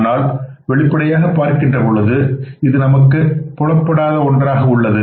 ஆனால் வெளிப்படையாக பார்க்கின்ற பொழுது இது நமக்கு புலப்படாத ஒன்றாக உள்ளது